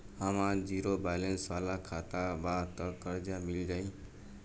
हमार zero balance वाला खाता बा त कर्जा मिल जायी?